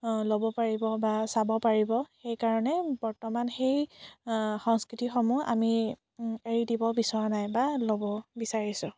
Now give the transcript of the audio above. ল'ব পাৰিব বা চাব পাৰিব সেইকাৰণে বৰ্তমান সেই সংস্কৃতিসমূহ আমি এৰি দিব বিচৰা নাই বা ল'ব বিচাৰিছোঁ